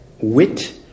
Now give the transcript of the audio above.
wit